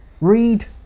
Read